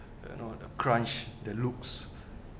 you know the crunch the looks